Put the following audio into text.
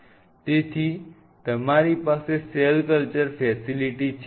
તેથી તમારી પાસે સેલ કલ્ચર ફેસિલિટી છે